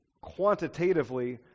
quantitatively